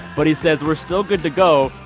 but he says, we're still good to go.